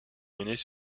menés